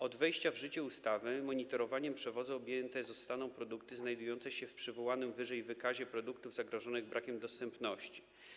Od wejścia w życie ustawy monitorowaniem przewozu objęte zostaną produkty znajdujące się w przywołanym wyżej wykazie produktów zagrożonych brakiem dostępności.